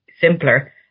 simpler